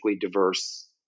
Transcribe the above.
diverse